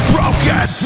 Broken